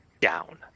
down